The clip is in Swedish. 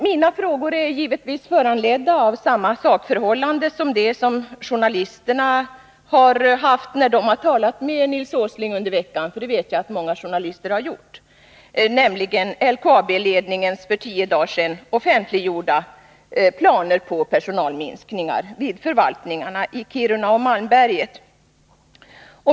Mina frågor är givetvis föranledda av samma sakförhållande som det som journalisterna haft som bakgrund när de talat med Nils Åsling under veckan — 107 det vet vi att många journalister har gjort —, nämligen LKAB-ledningens för tio dagar sedan offentliggjorda planer på personalminskningar vid förvaltningarna i Kiruna och Malmberget.